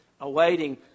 awaiting